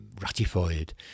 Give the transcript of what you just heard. ratified